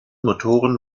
motoren